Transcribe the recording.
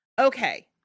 Okay